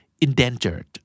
indentured